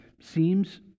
seems